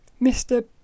Mr